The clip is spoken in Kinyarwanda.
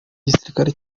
gisirikare